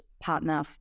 partner